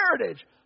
heritage